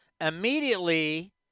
immediately